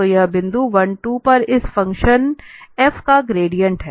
तो यह बिंदु 12 पर इस फ़ंक्शन एफ का ग्रेडिएंट है